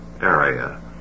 area